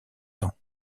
temps